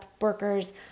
workers